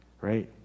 right